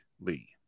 Lee